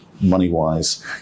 money-wise